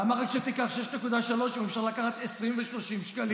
למה רק שתיקח 6.3 שקל אם אפשר לקחת 20 ו-30 שקלים?